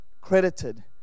credited